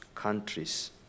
countries